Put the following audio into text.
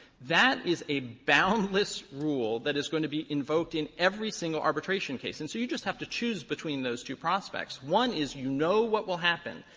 that is a boundless rule that is going to be invoked in every single arbitration case. and so you just have to choose between those two prospects. one is you know what will happen.